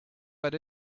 but